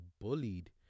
bullied